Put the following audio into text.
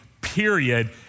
period